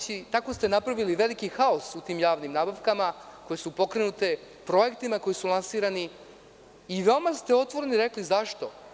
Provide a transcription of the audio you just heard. Tako ste napravili veliki haos u tim javnim nabavkama koje su pokrenute, projekti koji su finansirani i veoma ste otvoreno rekli zašto.